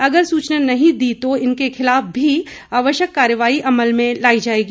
अगर सूचना नहीं दी तो इनके खिलाफ भी आवश्यक कार्रवाई अमल में लाई जाएगी